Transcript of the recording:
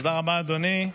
תודה רבה, אדוני.